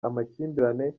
amakimbirane